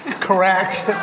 correct